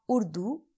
Urdu